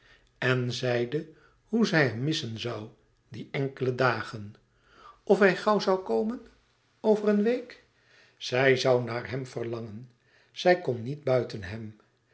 en zeide hoe zij hem missen zo die enkele dagen of hij gauw zoû komen over een week zij zoû naar hem verlangen zij kon niet buiten hem